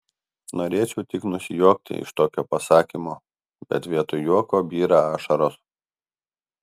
norėčiau tik nusijuokti iš tokio pasakymo bet vietoj juoko byra ašaros